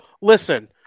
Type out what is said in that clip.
listen